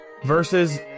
versus